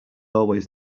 always